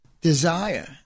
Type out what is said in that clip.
desire